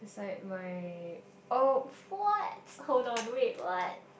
side my of what hold on wait what